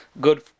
good